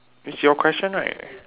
it's your question right